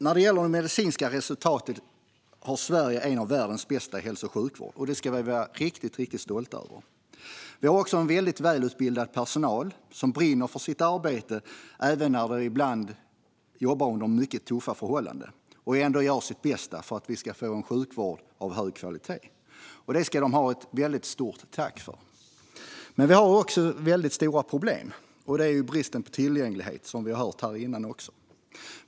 När det gäller medicinska resultat är Sverige bland de länder som har världens bästa hälso och sjukvård. Det ska vi vara riktigt stolta över. Vi har också en mycket välutbildad personal som brinner för sitt arbete. Även när de ibland jobbar under mycket tuffa förhållanden gör de sitt bästa för att vi ska få en sjukvård av hög kvalitet. Det ska de ha ett mycket stort tack för. Men vi har också mycket stora problem, och det gäller bristen på tillgänglighet som det har talats om här tidigare.